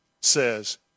says